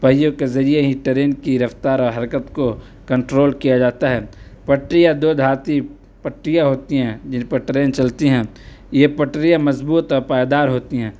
پہیوں کے ذریعے ہی ٹرین کی رفتار اور حرکت کو کنٹرول کیا جاتا ہے پٹری یا دو دھاتی پٹیاں ہوتی ہیں جن پر ٹرین چلتی ہیں یہ پٹریاں مضبوط اور پائیدار ہوتی ہیں